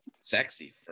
sexy